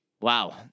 Wow